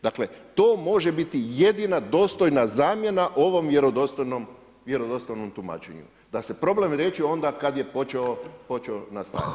Dakle, to može biti jedina dostojna zamjena ovom vjerodostojnom tumačenju, da se problem riješi onda kad je počeo nastajati.